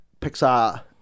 Pixar